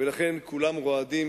ולכן כולם רועדים,